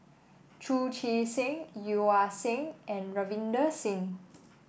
Chu Chee Seng Yeo Ah Seng and Ravinder Singh